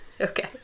Okay